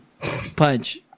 Punch